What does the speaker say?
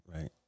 right